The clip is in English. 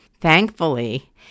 Thankfully